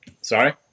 Sorry